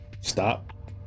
stop